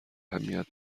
اهمیت